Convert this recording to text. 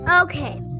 okay